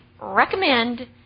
recommend